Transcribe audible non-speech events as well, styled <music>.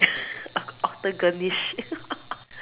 <laughs> octogonish <laughs>